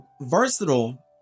versatile